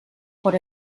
por